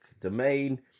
Domain